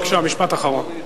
בבקשה, משפט אחרון.